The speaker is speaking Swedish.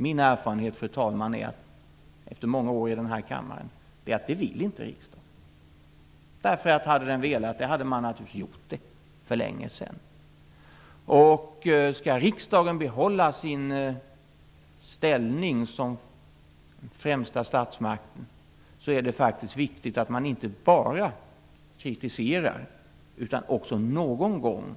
Min erfarenhet efter många år i denna kammare är, fru talman, att riksdagen inte vill det. Hade den velat det, hade det naturligtvis gjorts för länge sedan. Skall riksdagen behålla sin ställning som främsta statsmakt är det viktigt att man inte bara kritiserar utan också någon gång